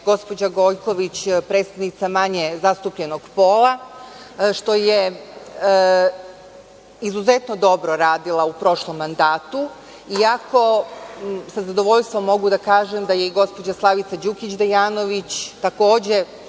gospođa Gojković predstavnica manje zastupljenog pola, što je izuzetno dobro radila u prošlom mandatu, iako sa zadovoljstvom mogu da kažem da je i gospođa Slavica Đukić Dejanović takođe